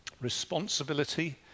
responsibility